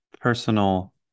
personal